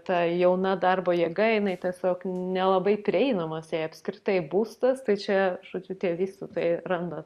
ta jauna darbo jėga jinai tiesiog nelabai prieinamas jai apskritai būstas tai čia žodžiu tie vystytojai randa